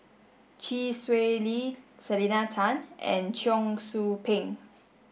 Chee Swee Lee Selena Tan and Cheong Soo Pieng